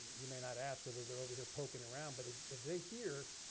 you may not ask whether they're over here poking around. but if they here